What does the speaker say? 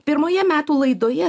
pirmoje metų laidoje